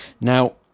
Now